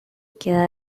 queda